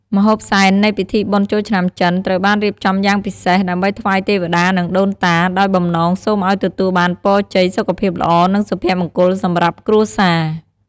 ម្ហូបសែន នៃពិធីបុណ្យចូលឆ្នាំចិន ត្រូវបានរៀបចំយ៉ាងពិសេស ដើម្បីថ្វាយទេវតានិងដូនតា ដោយបំណងសូមឲ្យទទួលបានពរជ័យ សុខភាពល្អ និងសុភមង្គលសម្រាប់គ្រួសារ។